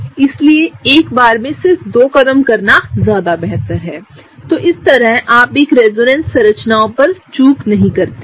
इसलिए एक बार में सिर्फ दो कदम करना ज्यादा बेहतर है और इस तरह आप एक रेजोनेंस संरचना पर चूक नहीं करते हैं